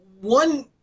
one